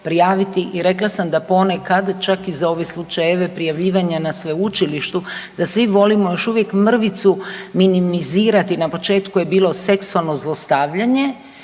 prijaviti i rekla sam da ponekad čak i za ove slučajeve prijavljivanja na sveučilištu, da svi volimo još uvijek mrvicu minimizirati. Na početku je bilo seksualno zlostavljanje,